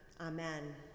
Amen